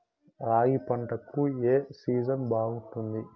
రాగి పంటకు, ఏ సీజన్ బాగుంటుంది?